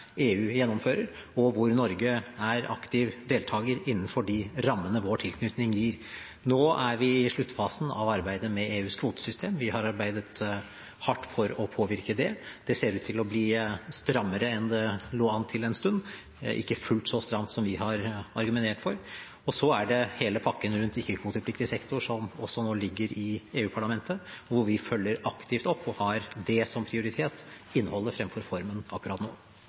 EU gjennomfører, og hvor Norge er aktiv deltager innenfor de rammene vår tilknytning gir. Nå er vi i sluttfasen av arbeidet med EUs kvotesystem. Vi har arbeidet hardt for å påvirke det. Det ser ut til å bli strammere enn det lå an til en stund – ikke fullt så stramt som vi har argumentert for. Og så er det hele pakken rundt ikke-kvotepliktig sektor som også nå ligger i EU-parlamentet, hvor vi følger aktivt opp, og har det som prioritet: innholdet framfor formen akkurat nå.